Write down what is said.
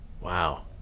wow